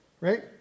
right